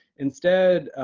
instead,